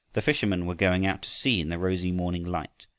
the fishermen were going out to sea in the rosy morning light,